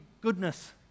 goodness